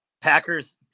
Packers